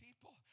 people